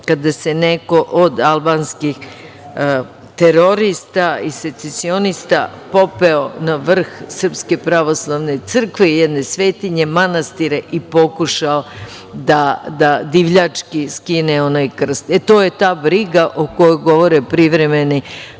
kada se neko od albanskih terorista i secesionista popeo na vrh SPC, jedne svetinje, manastire i pokušao da divljački skine onaj krst. To je ta briga o kojoj govore privremeni